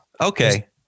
Okay